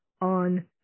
on